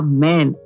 Amen